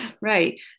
Right